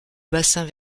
bassin